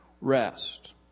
rest